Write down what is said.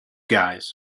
guys